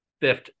fifth